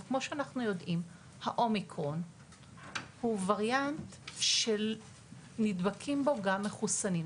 אבל כמו שאנחנו יודעים האומיקרון הוא וריאנט שנדבקים בו גם מחוסנים,